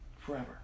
Forever